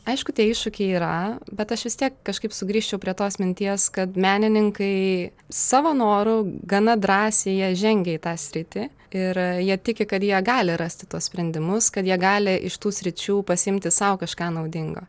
aišku tie iššūkiai yra bet aš vis tiek kažkaip sugrįžčiau prie tos minties kad menininkai savo noru gana drąsiai jie žengia į tą sritį ir jie tiki kad jie gali rasti tuos sprendimus kad jie gali iš tų sričių pasiimti sau kažką naudingo